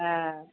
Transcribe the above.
হ্যাঁ